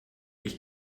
ich